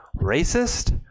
racist